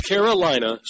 Carolina